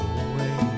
away